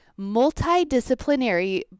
Multidisciplinary